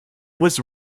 was